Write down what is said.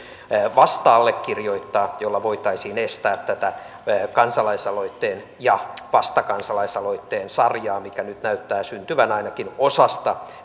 vasta allekirjoittaa millä voitaisiin estää tätä kansalaisaloitteen ja vastakansalaisaloitteen sarjaa mikä nyt näyttää syntyvän ainakin osasta